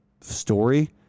story